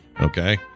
okay